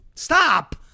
Stop